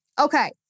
Okay